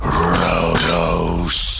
Rhodos